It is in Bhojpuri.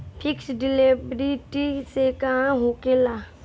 फिक्स डिपाँजिट से का होखे ला?